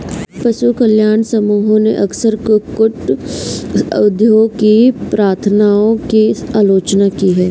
पशु कल्याण समूहों ने अक्सर कुक्कुट उद्योग की प्रथाओं की आलोचना की है